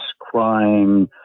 crime